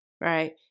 right